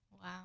Wow